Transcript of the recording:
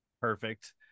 Perfect